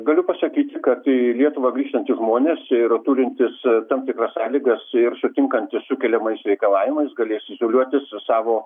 galiu pasakyti kad į lietuvą grįžtantys žmonės ir turintys tam tikras sąlygas ir sutinkantys su keliamais reikalavimais galės izoliuotis savo